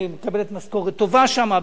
מקבלת משכורת טובה שם,